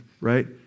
right